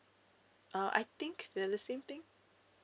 uh I think the the same thing